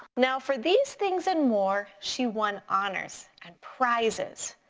now for these things and more, she won honors and prizes.